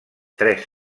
tres